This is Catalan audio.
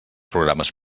programes